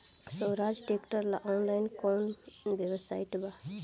सोहराज tractor ला online कोउन website बा?